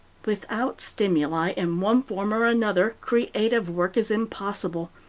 without stimuli, in one form or another, creative work is impossible,